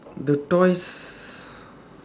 the toys